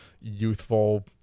youthful